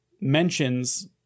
mentions